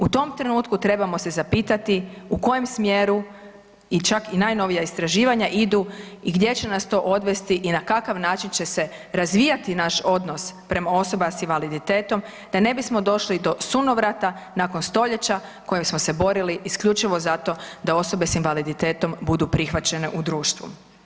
U tom trenutku trebamo se zapitati u kojem smjeru i čak i najnovija istraživanja idu i gdje će nas to odvesti i na kakav način će se razvijati naš odnos prema osobama s invaliditetom da ne bismo došli do sunovrata nakon stoljeća kojim smo se borili isključivo zato da osobe s invaliditetom budu prihvaćene u društvu.